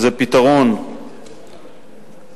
זה פתרון כספי,